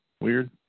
weird